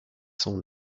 son